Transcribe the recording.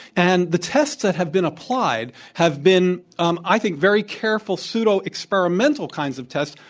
and the tests that have been applied have been, um i think, very careful pseudo-experimental kinds of tests,